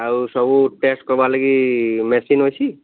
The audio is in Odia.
ଆଉ ସବୁ ଟେଷ୍ଟ୍ କର୍ବାର୍ ଲାଗି ମେସିନ୍ ଅଛି